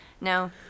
No